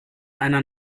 einer